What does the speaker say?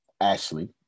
Ashley